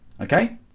okay